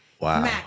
Wow